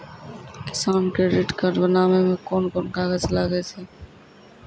किसान credit card बनाबै मे कोन कोन कागज लागै छै?